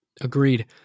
Agreed